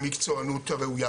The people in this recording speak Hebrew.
ובמקצוענות הראויה.